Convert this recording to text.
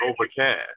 overcast